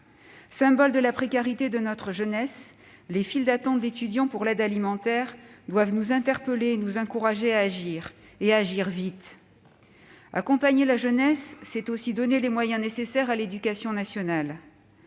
Symbole de la précarité de notre jeunesse, les files d'attente d'étudiants pour l'aide alimentaire doivent nous interpeller et nous encourager à agir vite. Accompagner la jeunesse, c'est aussi donner les moyens nécessaires à l'éducation nationale.